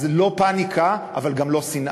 אז לא פניקה, אבל גם לא שנאה.